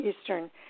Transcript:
Eastern